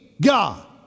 God